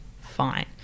fine